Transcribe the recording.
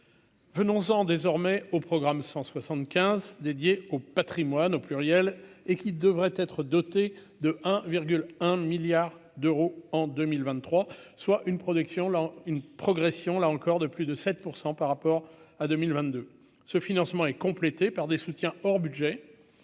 Venons-en désormais au programme 175 dédié au Patrimoine, au pluriel, et qui devrait être doté de 1,1 milliard d'euros en 2023 soit une production là une progression là encore de plus de 7 % par rapport à 2022 ce financement est complétée par des soutiens hors budget,